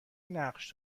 نقش